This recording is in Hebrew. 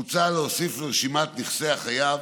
מוצע להוסיף לרשימת נכסי החייב